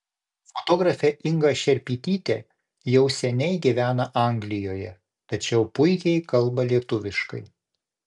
fotografė inga šerpytytė jau seniai gyvena anglijoje tačiau puikiai kalba lietuviškai